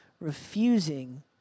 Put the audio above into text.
refusing